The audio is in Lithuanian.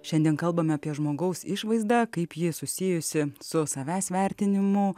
šiandien kalbame apie žmogaus išvaizdą kaip ji susijusi su savęs vertinimu